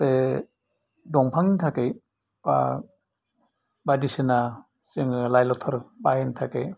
दंफांनि थाखै बायदिसिना जोङो लाय लथर बायनो थाखै